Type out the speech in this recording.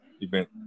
event